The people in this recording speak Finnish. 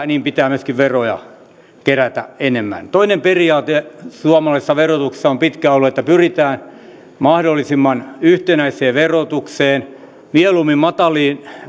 niin pitää myöskin veroja kerätä enemmän toinen periaate suomalaisessa verotuksessa on pitkään ollut että pyritään mahdollisimman yhtenäiseen verotukseen mieluummin mataliin